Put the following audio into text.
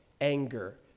anger